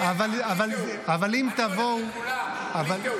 אני הולך לכולם, בלי תיאום.